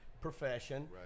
profession